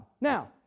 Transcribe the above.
Now